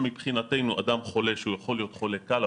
מבחינתנו אדם חולה שהוא יכול להיות חולה קל,